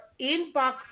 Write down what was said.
inbox